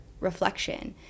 reflection